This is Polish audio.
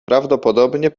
prawdopodobnie